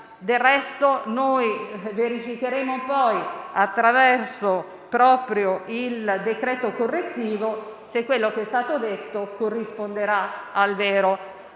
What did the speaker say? Del resto noi verificheremo poi, attraverso proprio il decreto correttivo, se quello che è stato detto corrisponderà al vero.